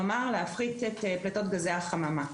כלומר להפחית את פליטות גזי החממה.